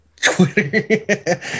Twitter